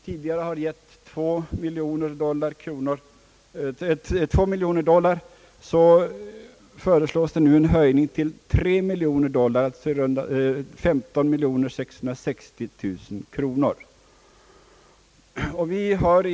Tidigare har vi gett två miljoner dollar, och nu föreslås en höjning till tre miljoner dollar, alltså 15 660 000 kronor.